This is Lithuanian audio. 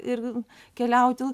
ir keliauti